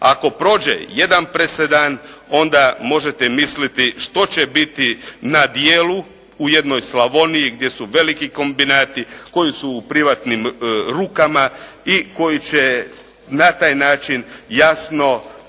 Ako prođe jedan presedan onda možete misliti što će biti na djelu u jednoj Slavoniji gdje su veliki kombinati koji su u privatnim rukama i koji će na taj način jasno